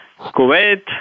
Kuwait